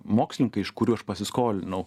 mokslininkai iš kurių aš pasiskolinau